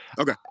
Okay